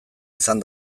izan